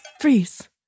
Freeze